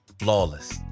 flawless